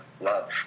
love